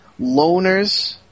loners